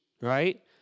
right